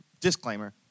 disclaimer